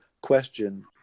question